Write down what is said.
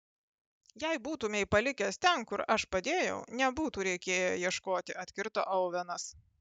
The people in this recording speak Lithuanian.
jei būtumei palikęs ten kur aš padėjau nebūtų reikėję ieškoti atkirto ovenas